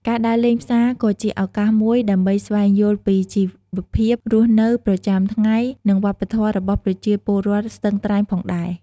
ការដើរលេងផ្សារក៏ជាឱកាសមួយដើម្បីស្វែងយល់ពីជីវភាពរស់នៅប្រចាំថ្ងៃ និងវប្បធម៌របស់ប្រជាពលរដ្ឋស្ទឹងត្រែងផងដែរ។